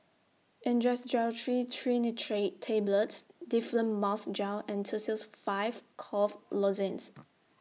Angised Glyceryl Trinitrate Tablets Difflam Mouth Gel and Tussils five Cough Lozenges